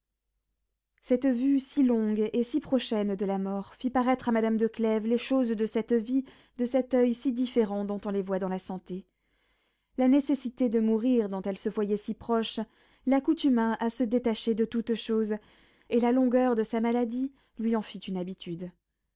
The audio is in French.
cette vue si longue et si prochaine de la mort fit paraître à madame de clèves les choses de cette vie de cet oeil si différent dont on les voit dans la santé la nécessité de mourir dont elle se voyait si proche l'accoutuma à se détacher de toutes choses et la longueur de sa maladie lui en fit une habitude